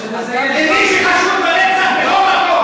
למי שחשוב הרצח, זה בכל מקום.